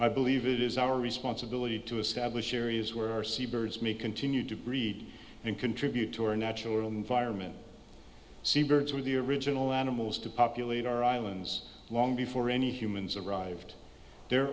i believe it is our responsibility to establish areas where our sea birds may continue to breed and contribute to our natural environment sea birds were the original animals to populate our islands long before any humans arrived the